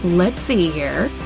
let's see here,